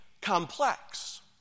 complex